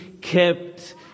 kept